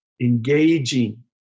engaging